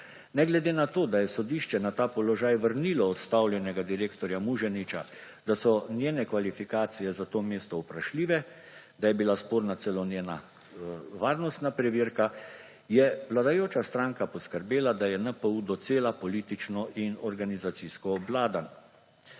Ne glede na to, da je sodišče na ta položaj vrnilo odstavljenega direktorja Muženiča, da so njene kvalifikacije za to mesto vprašljive, da je bila sporna celo njena varnostna preverka, je vladajoča stranka poskrbela, da je NPU docela politično in organizacijsko obvladan.